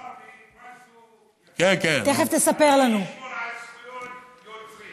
הוא אמר לי משהו שאני אשמור על זכויות נוצרים.